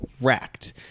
wrecked